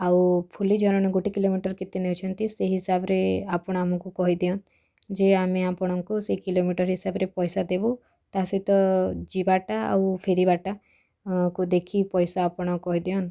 ଆଉ ଫୁଲିଝରଣକୁ ଗୋଟେ କିଲୋମିଟର୍ କେତେ ନେଉଛନ୍ତି ସେହି ହିସାବରେ ଆପଣ ଆମକୁ କହିଦିଅନ୍ ଯେ ଆମେ ଆପଣଙ୍କୁ ସେ କିଲୋମିଟର୍ ହିସାବରେ ପଇସା ଦେବୁ ତା' ସହିତ ଯିବାଟା ଆଉ ଫେରିବାଟା ଦେଖି ପଇସା ଆପଣ କହିଦିଅନ୍